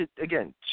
again